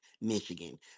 Michigan